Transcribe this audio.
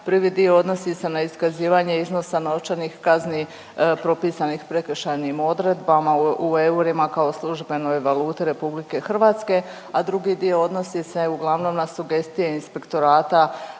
Prvi dio odnosi se na iskazivanje iznosa novčanih kazni propisanih prekršajnim odredbama u eurima kao službenoj valuti RH, a drugi dio odnosi se uglavnom na sugestije Inspektorata